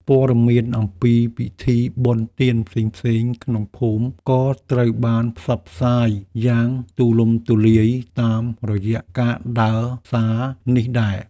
ព័ត៌មានអំពីពិធីបុណ្យទានផ្សេងៗក្នុងភូមិក៏ត្រូវបានផ្សព្វផ្សាយយ៉ាងទូលំទូលាយតាមរយៈការដើរផ្សារនេះដែរ។